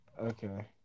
Okay